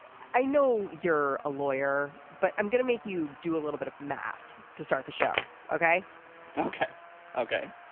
i know you're a lawyer but i'm gonna make you do a little bit of math to start the show. ok ok ok.